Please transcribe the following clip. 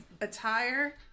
attire